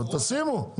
אבל תשימו.